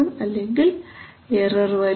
അല്ലെങ്കിൽ എറർ വരും